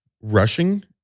Rushing